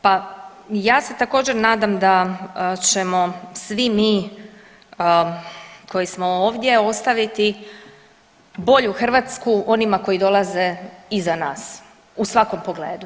Pa ja se također nadam da ćemo svi mi koji smo ovdje ostaviti bolju Hrvatsku onima koji dolaze iza nas u svakom pogledu.